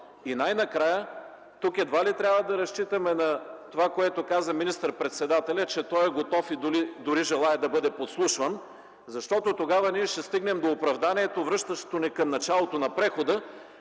И най-накрая! Тук едва ли трябва да разчитаме на това, което каза министър-председателят, че той е готов и дори желае да бъде подслушван, защото тогава ние ще стигнем до оправданието, връщащо ни към началото на прехода,